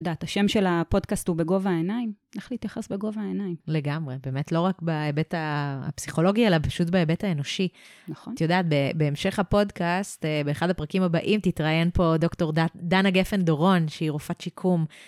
את יודעת, השם של הפודקאסט הוא בגובה העיניים? איך להתייחס בגובה העיניים? לגמרי, באמת, לא רק בהיבט הפסיכולוגי, אלא פשוט בהיבט האנושי. נכון. את יודעת, בהמשך הפודקאסט, באחד הפרקים הבאים תתראיין פה דוקטור דנה גפן דורון, שהיא רופאת שיקום.